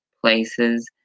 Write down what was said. places